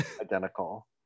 identical